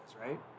right